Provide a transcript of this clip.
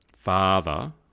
father